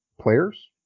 players